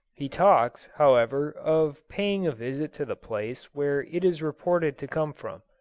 he talks, however, of paying a visit to the place where it is reported to come from.